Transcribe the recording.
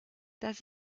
das